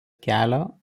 kelio